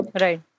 Right